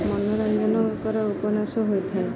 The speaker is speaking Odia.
ମନୋରଞ୍ଜନଙ୍କର ଉପନ୍ୟାସ ହୋଇଥାଏ